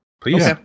Please